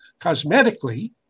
cosmetically